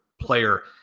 player